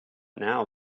now